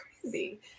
crazy